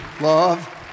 love